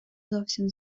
зовсім